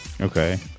Okay